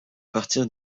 partir